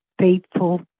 faithful